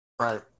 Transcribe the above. Right